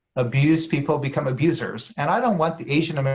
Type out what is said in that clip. abused people become abusers, and i don't want the asian um